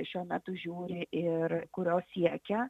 šiuo metu žiūri ir kurio siekia